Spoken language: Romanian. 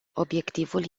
obiectivul